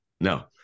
No